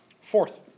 Fourth